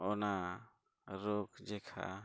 ᱚᱱᱟ ᱨᱳᱜᱽ ᱡᱮᱠᱷᱟ